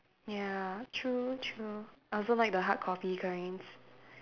ya true true I also like the hard copy kinds